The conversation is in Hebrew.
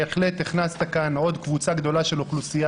בהחלט הכנסת כאן עוד קבוצה גדולה של אוכלוסייה